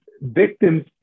victims